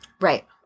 Right